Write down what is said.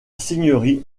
seigneurie